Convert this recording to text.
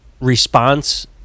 response